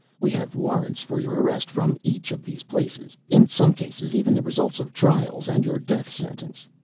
we have warrants for your arrest from each of these places, in some cases even the results of trials and your death sentence.